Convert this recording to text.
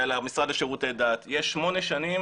ולמשרד לשירותי דת שמונה שנים